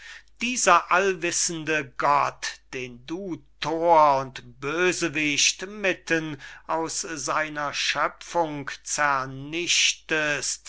dieser allwissende gott den du thor und bösewicht mitten aus seiner schöpfung